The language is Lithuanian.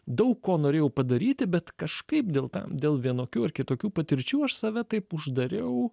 daug ko norėjau padaryti bet kažkaip dėl tam dėl vienokių ar kitokių patirčių aš save taip uždariau